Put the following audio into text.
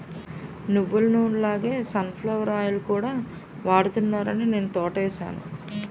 నువ్వులనూనె లాగే sunflower oil కూడా వాడుతున్నారాని నేనా తోటేసాను